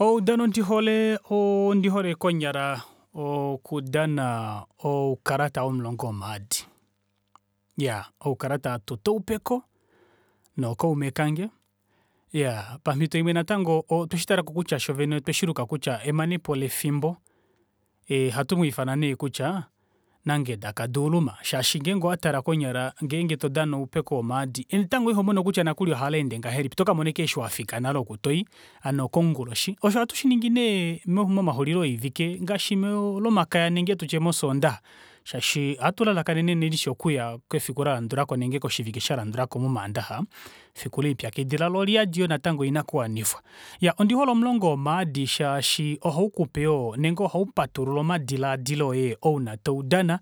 Oudano ndihole ondihole konyala okudana oukalata vomulongo womaadi iyaa oukalata hatute oupeko nookaume kange pamito imwe otweshitalako natango fyee otweshiluka kutya emanepo lefimbo ohatwiimwiifana nee kutya nangeda kaduuluma shaashi ngenge owatala konyala ngenge todana oupeko vomaadi netango ihomono nokuli kutya ohaleende ngahelipi otokamona ashike eeshi wafika nale oku toyi hano konguloshi osho ohatushiningi nee momaxulilo oivike ngaashi molomakaya ile tutye moshondaxa shaashi ohatu lalakanene nee ndishi okuya kefiku lalandulako ile koshivike shalandulako momandaxa efiku lelipyakidila loo oliyadi yoo natango oinakuwanifwa iya ondihole omulongo womaadi shaashi ohaukupe yoo ile ohaupatulula omadilaadilo oye ngenge toudana